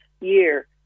year